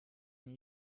une